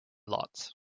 lots